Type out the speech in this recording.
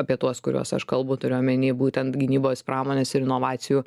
apie tuos kuriuos aš kalbu turiu omeny būtent gynybos pramonės ir inovacijų